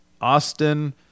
Austin